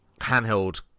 handheld